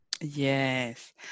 Yes